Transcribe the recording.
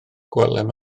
gwelem